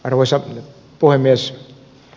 arvoisa puhemies